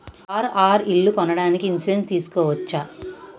Car or ఇల్లు కొనడానికి insurance తీస్కోవచ్చా?